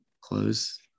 close